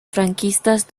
franquistas